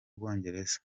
bwongereza